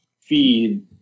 feed